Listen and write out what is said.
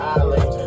island